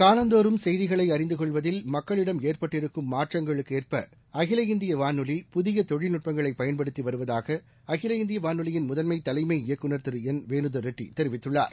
காலந்தோறும் செய்திகளைஅறிந்தகொள்வதில் மக்களிடம் ஏற்பட்டிருக்கும் மாற்றங்களுக்குஏற்பஅகில இந்தியவானொலி புதியதொழில்நுட்பங்களைபயன்படுத்திவருவதாகஅகில இந்தியவானொலியின் முதன்மைதலைம இயக்குநர் திருஎன் வேணுதர்ரெட்டிதெரிவித்துள்ளார்